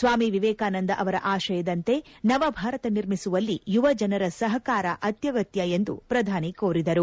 ಸ್ವಾಮಿ ವೇಕಾನಂದ ಅವರ ಆಶಯದಂತೆ ನವಭಾರತ ನಿರ್ಮಿಸುವಲ್ಲಿ ಯುವಜನರ ಸಹಕಾರ ಅತ್ಯಗತ್ಯ ಎಂದ ಪ್ರಧಾನಿ ಕೋರಿದರು